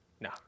No